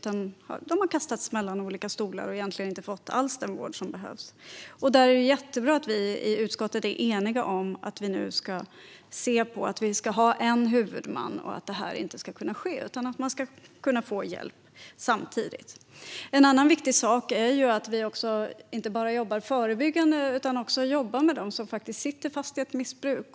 De har kastats mellan olika stolar och inte alls fått den vård som behövts. Det är jättebra att vi i utskottet är eniga om att vi nu ska ha en huvudman och att detta inte ska kunna ske utan att man ska kunna få hjälp samtidigt. En annan viktig sak är att inte bara jobba förebyggande utan också med dem som fastnat i ett missbruk.